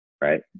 right